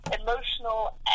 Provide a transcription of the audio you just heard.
emotional